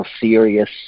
serious